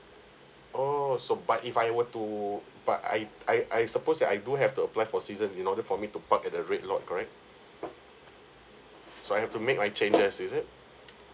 oh so bike if I were to but I I I suppose that I do have to apply for season in order for me to park at the red lot correct so I have to make my changes is it